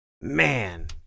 man